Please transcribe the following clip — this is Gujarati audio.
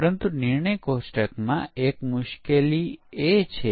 અને વ્યવહારુ પરિસ્થિતિઓ માટે પરીક્ષણ ઇનપુટ્સ અનંત છે